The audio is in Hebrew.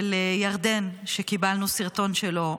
של ירדן שקיבלנו סרטון שלו,